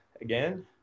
again